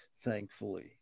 thankfully